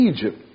Egypt